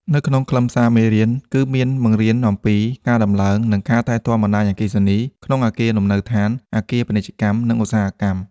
នៅក្នុងខ្លឹមសារមេរៀន ក៏មានបង្រៀនអំពីការតំឡើង និងថែទាំបណ្តាញអគ្គិសនីក្នុងអគារលំនៅឋាន អគារពាណិជ្ជកម្ម និងឧស្សាហកម្ម។